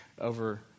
over